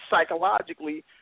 psychologically